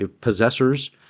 possessors